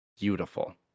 beautiful